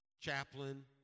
chaplain